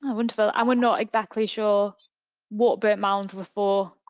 ah wonderful, and we're not exactly sure what burnt mounds were for.